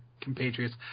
compatriots